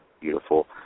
beautiful